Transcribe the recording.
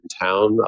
town